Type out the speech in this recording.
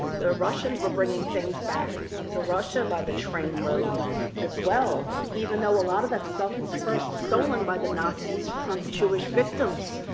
the russians were bringing things back to russia by the train-load as well, even though a lot of that stuff was first stolen by the nazis from jewish victims.